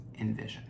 envision